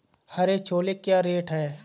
हरे छोले क्या रेट हैं?